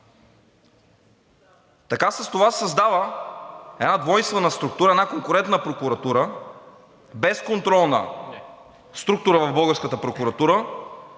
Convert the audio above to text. Така с това се създава една двойствена структура, една конкурентна прокуратура, безконтролна структура в